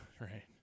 Right